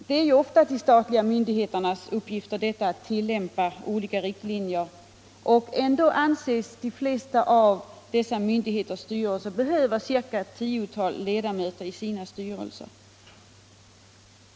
Det är ofta de statliga myndigheternas uppgift att tillämpa olika riktlinjer, och ändå anses de flesta av dessa myndigheters styrelser behöva ca ett tiotal ledamöter.